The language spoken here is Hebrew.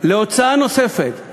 הוצאה נוספת,